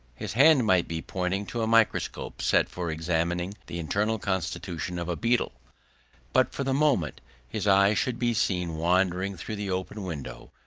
his hand might be pointing to a microscope set for examining the internal constitution of a beetle but for the moment his eye should be seen wandering through the open window,